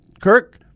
Kirk